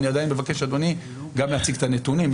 אני עדיין מבקש, אדוני, גם להציג את הנתונים.